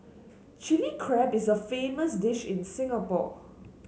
Chilli Crab is a famous dish in Singapore